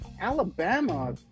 Alabama